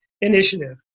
initiative